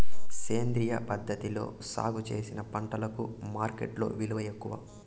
సేంద్రియ పద్ధతిలో సాగు చేసిన పంటలకు మార్కెట్టులో విలువ ఎక్కువ